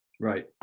Right